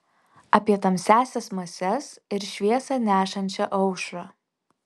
apie tamsiąsias mases ir šviesą nešančią aušrą